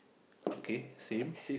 okay same